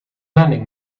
lending